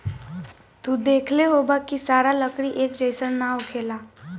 तू देखले होखबऽ की सारा लकड़ी एक जइसन ना होखेला